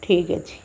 ଠିକ୍ଅଛି